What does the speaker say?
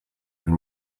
been